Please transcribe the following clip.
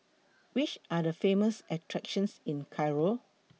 Which Are The Famous attractions in Cairo